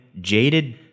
jaded